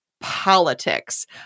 politics